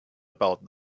about